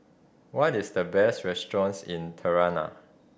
what is the best restaurants in Tirana